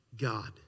God